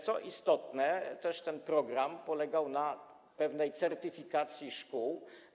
Co istotne, ten program polegał na pewnej certyfikacji szkół.